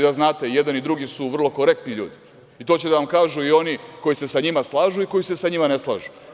Da znate, i jedan i drugi su vrlo korektni ljudi i to će da vam kažu i oni koji se sa njima slažu i koji se sa njima ne slažu.